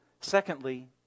Secondly